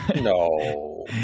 No